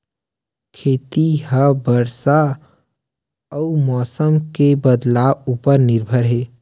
खेती हा बरसा अउ मौसम के बदलाव उपर निर्भर हे